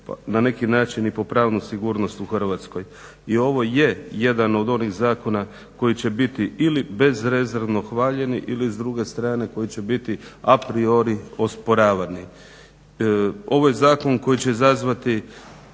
na neki način i po pravnu sigurnost u Hrvatskoj. I ovo je jedan od onih zakona koji će biti ili bezrezervno hvaljeni ili s druge strane koji će biti a priori osporavani. Ovo je zakon koji će izazvati